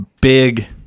big